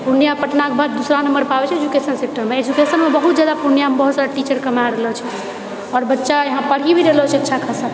पूर्णियाँ पटनाके बाद दूसरा नम्बर पर आबैछेै एजुकेशन सेक्टरमे एजुकेशनमे बहुत जादा पूर्णियाँमे बहुत सारा टीचर कमा रहलो छै आओर बच्चा यहाँ पढ़ि भी रहलो छै अच्छा खासा